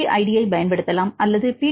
B ID பயன்படுத்தலாம் அல்லது B